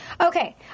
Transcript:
Okay